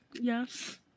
Yes